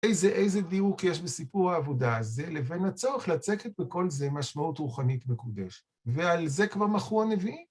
איזה איזה דיוק יש בסיפור העבודה הזה, לבין הצורך לצקת בכל זה משמעות רוחנית מקודשת? ועל זה כבר מחו הנביאים.